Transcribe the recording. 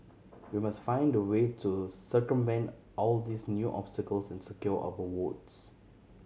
we must find a way to circumvent all these new obstacles and secure our votes